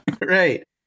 Right